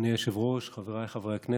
אדוני היושב-ראש, חבריי חברי הכנסת,